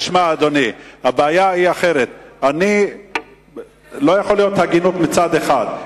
תשמע, אדוני, לא יכולה להיות הגינות מצד אחד.